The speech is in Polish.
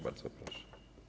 Bardzo proszę.